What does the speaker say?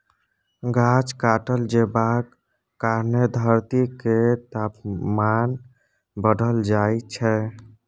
गाछ काटल जेबाक कारणेँ धरती केर तापमान बढ़ल जाइ छै